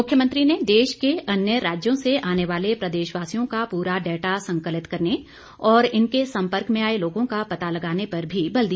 मुख्यमंत्री ने देश के अन्य राज्यों से आने वाले प्रदेशवासियों का पूरा डाटा संकलित करने और इनके सम्पर्क में आए लोगों का पता लगाने पर भी बल दिया